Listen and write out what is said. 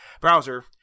browser